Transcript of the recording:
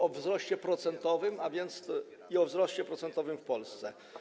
o wzroście procentowym, a więc o wzroście procentowym i w Polsce.